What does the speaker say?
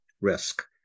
risk